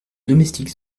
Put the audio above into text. domestique